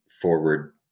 forward